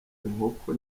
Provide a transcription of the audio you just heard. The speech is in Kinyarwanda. inkoko